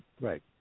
right